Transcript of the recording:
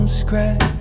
scratch